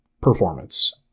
performance